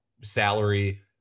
salary